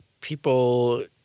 people